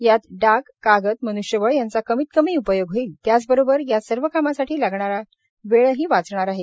यात डाक कागद मन्ष्यबळ यांचा कमीत कमी उपयोग होईल त्याचबरोबर या सर्व कामासाठी लागणारा वेळी वाचणार आहे